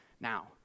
Now